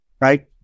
right